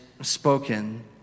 spoken